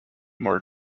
more